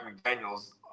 McDaniel's